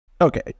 Okay